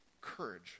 courage